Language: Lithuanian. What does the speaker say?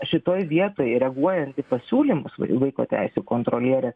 šitoje vietoje reaguojant į pasiūlymus vaiko teisių kontrolierės